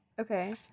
Okay